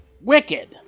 Wicked